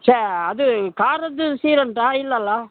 ಛೇ ಅದು ಖಾರದ್ದು ಶಿರಾ ಉಂಟಾ ಇಲ್ಲಲ್ಲವಾ